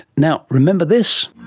now, remember this?